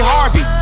Harvey